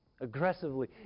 Aggressively